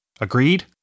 Agreed